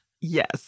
Yes